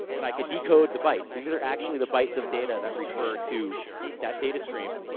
and i could decode the bytes. these these are actually the bytes of data that refer to that data stream,